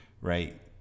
right